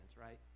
right